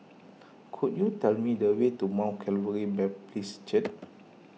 could you tell me the way to Mount Calvary Baptist Church